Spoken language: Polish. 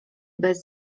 bez